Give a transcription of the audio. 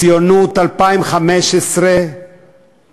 ציונות 2015 והלאה